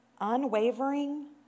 unwavering